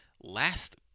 last